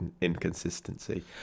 inconsistency